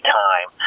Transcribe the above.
time